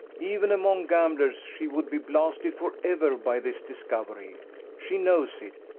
even among gamblers she would be blasted for ever by this discovery she knows it,